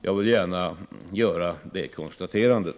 Jag vill gärna göra det konstaterandet.